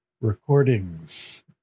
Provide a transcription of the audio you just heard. recordings